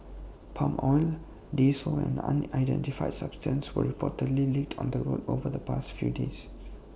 palm oil diesel and an unidentified substance were reportedly leaked on the roads over the past few days